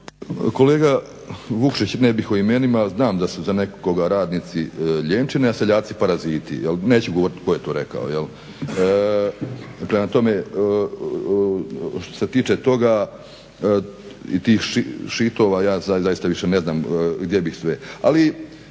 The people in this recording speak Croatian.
Kolega Vukšić ne bih o imenima, znam da su za nekoga radnici lijenčine, a seljaci paraziti. Neću govoriti tko je to rekao jel'. Prema tome, što se tiče toga i tih sheetova ja zaista više ne znam gdje bih sve.